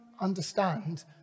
understand